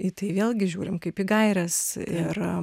į tai vėlgi žiūrim kaip į gaires ir